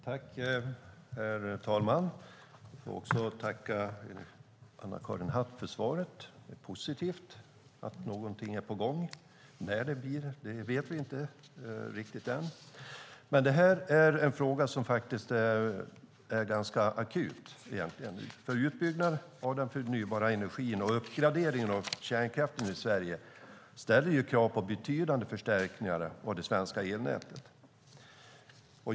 Herr talman! Jag vill tacka Anna-Karin Hatt för svaret. Det är positivt att någonting är på gång. När det blir vet vi dock inte riktigt än. Det här är en fråga som är ganska akut. Utbyggnaden av den förnybara energin och uppgraderingen av kärnkraften i Sverige ställer krav på betydande förstärkningar av det svenska elnätet.